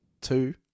two